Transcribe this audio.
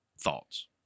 thoughts